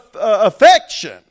affection